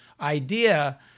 idea